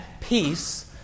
peace